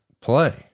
play